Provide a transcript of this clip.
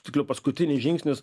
tiksliau paskutinis žingsnis